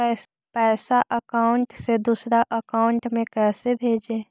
पैसा अकाउंट से दूसरा अकाउंट में कैसे भेजे?